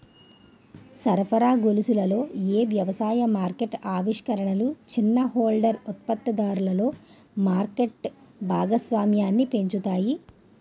సరఫరా గొలుసులలో ఏ వ్యవసాయ మార్కెట్ ఆవిష్కరణలు చిన్న హోల్డర్ ఉత్పత్తిదారులలో మార్కెట్ భాగస్వామ్యాన్ని పెంచుతాయి?